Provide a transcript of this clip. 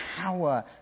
power